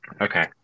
Okay